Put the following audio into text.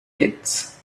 kids